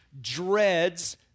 dreads